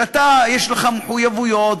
שיש לך מחויבויות,